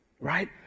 right